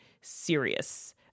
serious